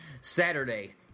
Saturday